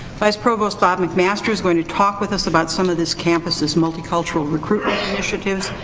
vice provost bob mcmaster is going to talk with us about some of this campus's multicultural recruitment initiatives.